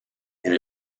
and